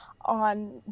on